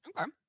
Okay